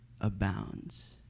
abounds